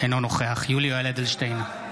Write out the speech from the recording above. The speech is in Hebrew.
אינו נוכח יולי יואל אדלשטיין,